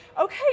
okay